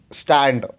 stand